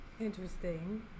interesting